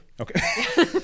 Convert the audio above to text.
Okay